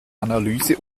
analyse